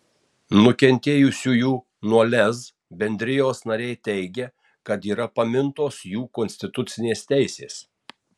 nukentėjusiųjų nuo lez bendrijos nariai teigia kad yra pamintos jų konstitucinės teisės